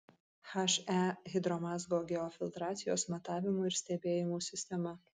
he hidromazgo geofiltracijos matavimų ir stebėjimų sistema